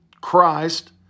Christ